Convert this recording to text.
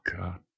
God